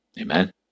Amen